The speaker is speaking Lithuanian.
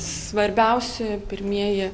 svarbiausi pirmieji